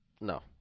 No